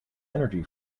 energy